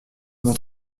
mon